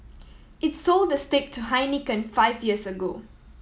it sold the stake to Heineken five years ago